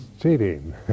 cheating